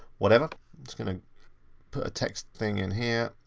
whatever. i'm just gonna put a text thing in here,